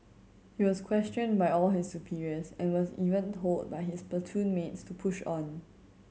he was questioned by all his superiors and was even told by his platoon mates to push on